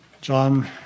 John